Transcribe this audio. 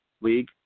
League